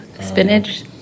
Spinach